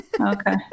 Okay